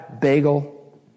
bagel